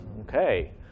Okay